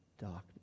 darkness